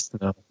No